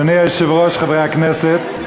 אדוני היושב-ראש, חברי הכנסת,